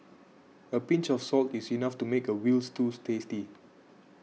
a pinch of salt is enough to make a Veal Stew tasty